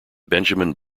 benjamin